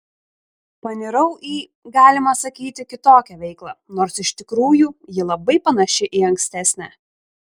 panirau į galima sakyti kitokią veiklą nors iš tikrųjų ji labai panaši į ankstesnę